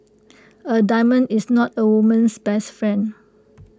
A diamond is not A woman's best friend